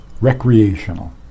recreational